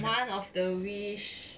one of the wish